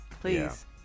please